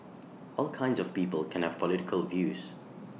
all kinds of people can have political views